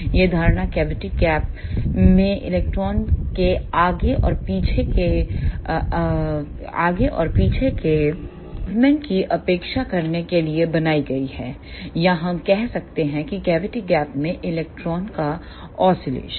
यह धारणा cavity gap में इलेक्ट्रॉन के आगे और पीछे के मूवमेंट की उपेक्षा करने के लिए बनाई गई है या हम कह सकते हैं कि कैविटी गैप में इलेक्ट्रॉन का ऑसिलेशन